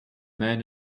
man